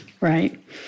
right